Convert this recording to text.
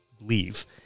leave